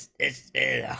in a